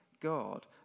God